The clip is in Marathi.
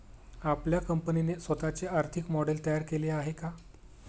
आपल्या कंपनीने स्वतःचे आर्थिक मॉडेल तयार केले आहे का?